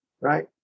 Right